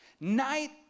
night